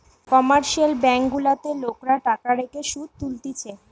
commercial bank গুলাতে লোকরা টাকা রেখে শুধ তুলতিছে